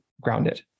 grounded